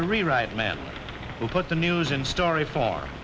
to rewrite man who put the news in story far